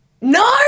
No